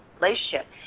relationship